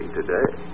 today